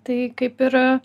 tai kaip ir